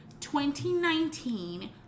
2019